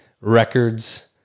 records